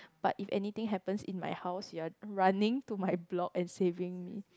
but if anything happens in my house you're running to my block and saving me